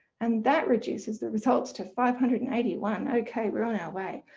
and that reduces the results to five hundred and eighty one. okay we're on our way,